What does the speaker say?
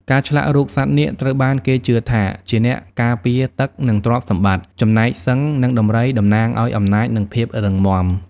ការឆ្លាក់រូបសត្វនាគត្រូវបានគេជឿថាជាអ្នកការពារទឹក និងទ្រព្យសម្បត្តិ ចំណែកសិង្ហ និងដំរីតំណាងឱ្យអំណាច និងភាពរឹងមាំ។